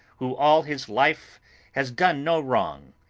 who all his life has done no wrong,